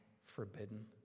forbidden